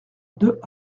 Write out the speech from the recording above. deux